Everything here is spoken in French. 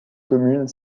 commune